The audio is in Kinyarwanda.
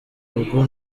rugo